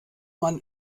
man